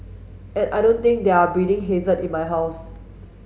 and I don't think there are breeding hazard in my house